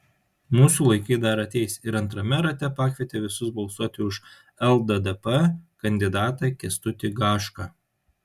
mūsų laikai dar ateis ir antrame rate pakvietė visus balsuoti už lddp kandidatą kęstutį gašką